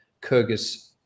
Kyrgyz